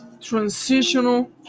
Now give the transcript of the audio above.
transitional